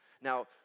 Now